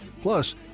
Plus